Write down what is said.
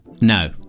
No